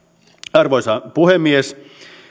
arvoisa puhemies